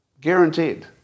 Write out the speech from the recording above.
Guaranteed